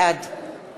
בעד